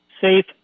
safe